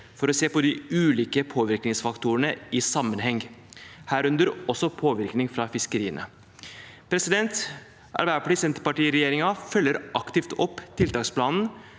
for å se de ulike påvirkningsfaktorene i sammenheng, herunder også påvirkning fra fiskeriene. Arbeiderparti–Senterparti-regjeringen følger aktivt opp tiltaksplanen,